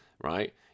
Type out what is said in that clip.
right